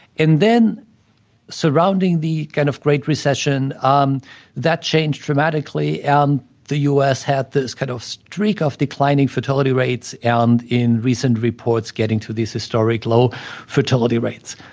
and then surrounding the, kind of, great recession, um that changed dramatically. ah um the u s. had this kind of streak of declining fertility rates, and in recent reports, getting to these historic low fertility rates.